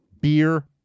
Beer